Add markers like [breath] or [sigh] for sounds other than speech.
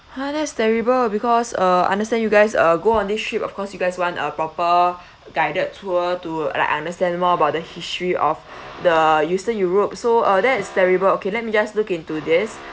!huh! that's terrible because uh understand you guys uh go on this trip of course you guys want uh proper [breath] guided tour to like understand more about the history of the eastern europe so uh that's terrible okay let me just look into this